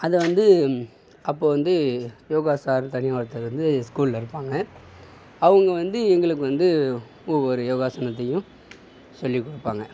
அதை வந்து அப்போ வந்து யோகா சார்ன்னு தனியாக ஒருத்தவர் வந்து ஸ்கூலில் இருப்பாங்க அவங்க வந்து எங்களுக்கு வந்து ஒவ்வொரு யோகாசனத்தையும் சொல்லிக்கொடுப்பாங்க